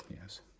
Yes